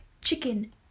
chicken